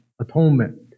atonement